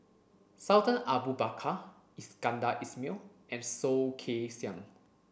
Sultan Abu Bakar Iskandar Ismail and Soh Kay Siang